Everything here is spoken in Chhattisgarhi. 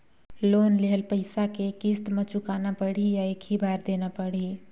लोन लेहल पइसा के किस्त म चुकाना पढ़ही या एक ही बार देना पढ़ही?